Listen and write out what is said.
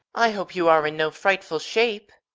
i hope you are in no frightful shape.